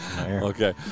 Okay